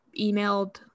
emailed